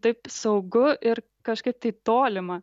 taip saugu ir kažkaip taip tolima